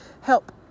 help